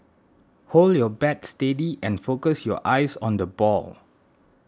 hold your bat steady and focus your eyes on the ball